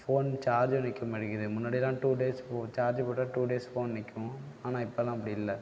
phone சார்ஜூம் நிற்க மாட்டேங்குது முன்னாடிலாம் டூ டேஸ்க்கு சார்ஜ் போட்டால் டூ டேஸ்க்கு ஃபோன் நிற்கும் ஆனால் இப்போல்லாம் அப்படி இல்லை